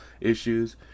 issues